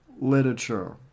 literature